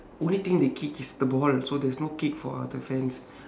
only thing they kick is the ball so there's no kick for the fans